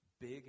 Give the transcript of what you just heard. Big